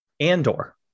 Andor